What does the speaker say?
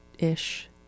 ish